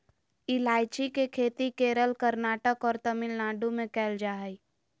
ईलायची के खेती केरल, कर्नाटक और तमिलनाडु में कैल जा हइ